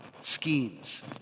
Schemes